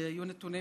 שהיו נתונים,